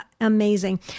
amazing